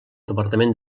departament